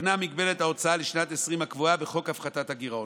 תוקנה מגבלת ההוצאה לשנת 2020 הקבועה בחוק הפחתת הגירעון.